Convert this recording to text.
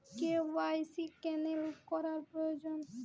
KYC cancel করা প্রয়োজন?